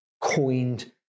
coined